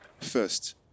First